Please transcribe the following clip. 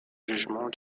jugement